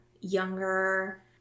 younger